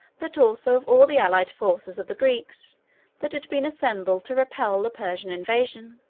but also of all the allied forces of the greeks that had been assembled to repel the persian invasion.